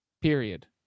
Period